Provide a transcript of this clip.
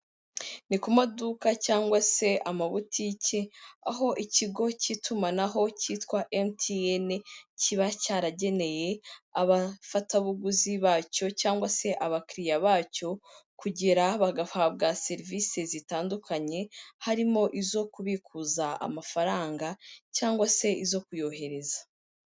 Ni ku maduka cyangwa se amabutiki, aho ikigo cy'itumanaho cyitwa MTN kiba cyarageneye abafatabuguzi bacyo cyangwa se abakiriya bacyo kugera bagahabwa serivisi zitandukanye, harimo izo kubikuza amafaranga cyangwa se izo kuyohereza.